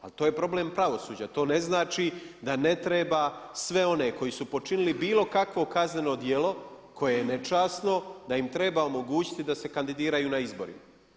Ali to je problem pravosuđa, to ne znači da ne treba sve one koji su počinili bilo kakvo kazneno djelo koje je nečasno da im treba omogućiti da se kandidiraju na izborima.